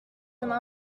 sommes